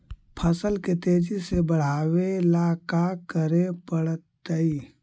फसल के तेजी से बढ़ावेला का करे पड़तई?